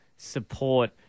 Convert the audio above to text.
Support